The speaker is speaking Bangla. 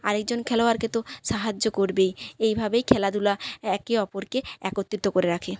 আরেকজন খেলোয়াড়কে তো সাহায্য করবেই এইভাবেই খেলাধুলা একে অপরকে একত্রিত করে রাখে